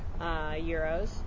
euros